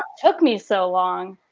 took me so long.